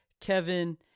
Kevin